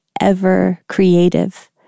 ever-creative